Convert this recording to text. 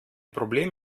problem